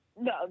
No